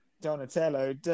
Donatello